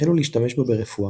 החלו להשתמש בה ברפואה,